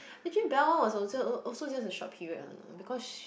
actually Bel was also also just a short period one ah because